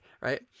right